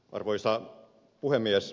arvoisa puhemies